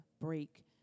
break